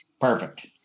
perfect